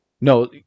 no